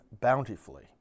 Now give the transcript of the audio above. bountifully